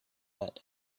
that